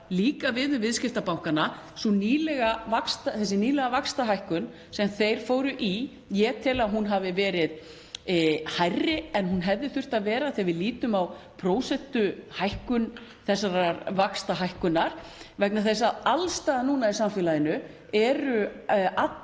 líka við um viðskiptabankana. Þessi nýlega vaxtahækkun sem þeir fóru í — ég tel að hún hafi verið meiri en hún hefði þurft að vera þegar við lítum á prósentuhækkun þessarar vaxtahækkunar vegna þess að alls staðar núna í samfélaginu þurfa